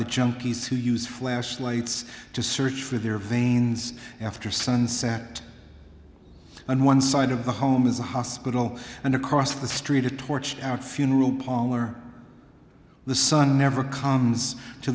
the junkies who use flashlights to search for their veins after sunset on one side of the home is a hospital and across the street a torch out funeral parlor the sun never comes to